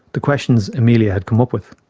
the questions emelia had come up with.